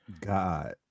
God